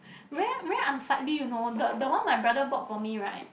very very unsightly you know the the one my brother bought for me right